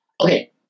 okay